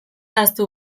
ahaztu